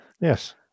Yes